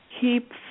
keep